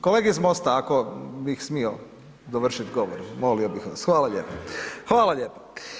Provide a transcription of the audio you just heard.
Kolege iz MOST-a ako bih smio dovršiti govor, molio bih vas, hvala lijepo, hvala lijepo.